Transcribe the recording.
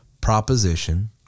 proposition